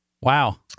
Wow